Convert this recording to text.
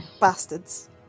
Bastards